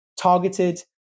targeted